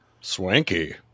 Swanky